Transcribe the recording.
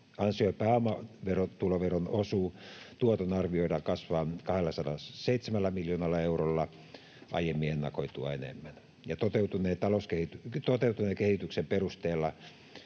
ja pääomatuloveron tuoton arvioidaan kasvavan 207 miljoonalla eurolla aiemmin ennakoitua enemmän, ja toteutuneen kehityksen perusteella